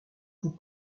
vous